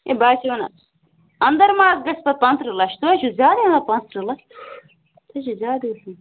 ہے بہٕ حظ چھَسو ونان اَنٛدَر ما گَژھِ حظ پَتہٕ پانٛژٕ ترٕٛہ لَچھ تُہۍ حظ چھُو زیادٕ ہٮ۪وان پانٛژھ ترٕٛہ لَچھ تُہۍ چھِو زیادٕے